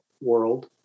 world